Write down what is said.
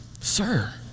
sir